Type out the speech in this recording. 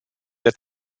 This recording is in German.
der